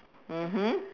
mmhmm